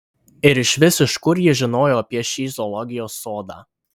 ir išvis iš kur ji žinojo apie šį zoologijos sodą